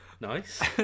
nice